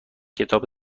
کتاب